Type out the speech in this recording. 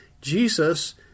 Jesus